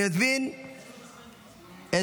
אני מזמין את,